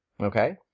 Okay